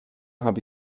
habe